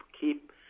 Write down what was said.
keep